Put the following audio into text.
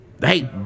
Hey